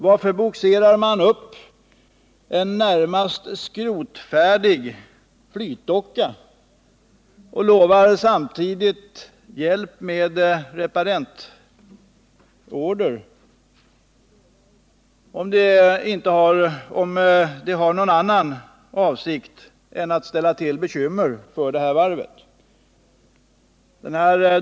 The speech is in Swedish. Varför bogserar man upp en närmast skrotfärdig flytdocka samtidigt som man lovar hjälp med reparentorder, om man med detta har någon annan avsikt än att ställa till bekymmer för det här varvet?